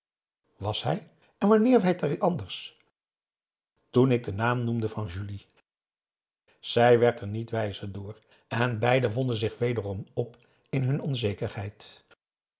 was hij en wanneer werd het anders toen ik den naam noemde van julie zij werd er niet wijzer door en beiden wonden zich wederom op in hun onzekerheid